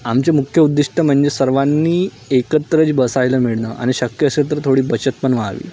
आमचे मुख्य उद्दिष्ट म्हणजे सर्वांनी एकत्रच बसायला मिळणं आणि शक्य असेल तर थोडी बचत पण व्हावी